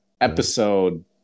episode